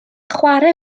chware